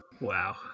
Wow